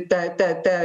ta ta ta